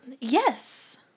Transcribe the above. Yes